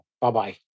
Bye-bye